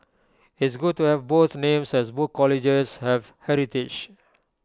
it's good to have both names as both colleges have heritage